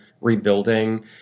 rebuilding